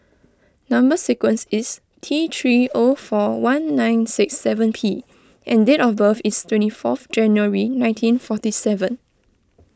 Number Sequence is T three O four one nine six seven P and date of birth is twenty fourth January nineteen forty seven